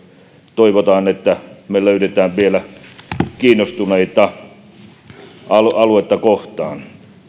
toivotaan että me löydämme vielä kiinnostuneita aluetta kohtaan